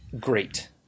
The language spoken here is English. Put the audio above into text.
great